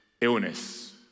illness